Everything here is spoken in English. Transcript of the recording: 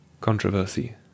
Controversy